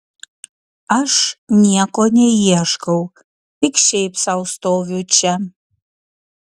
aš nieko neieškau tik šiaip sau stoviu čia